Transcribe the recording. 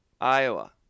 iowa